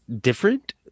different